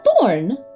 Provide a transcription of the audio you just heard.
thorn